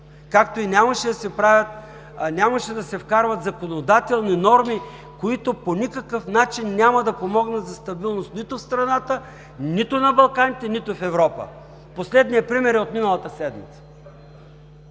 както и нямаше да се вкарват законодателни норми, които по никакъв начин няма да помогнат за стабилност нито в страната, нито на Балканите, нито в Европа. Последният пример е от миналата седмица